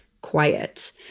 quiet